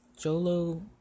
Jolo